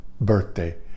birthday